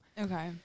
Okay